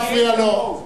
נא לא להפריע לו.